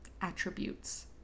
attributes